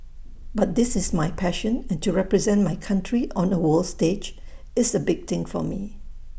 but this is my passion and to represent my country on A world stage is A big thing for me